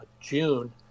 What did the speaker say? June